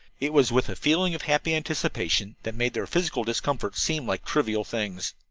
it was with a feeling of happy anticipation that made their physical discomforts seem like trivial things.